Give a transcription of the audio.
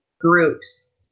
groups